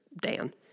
Dan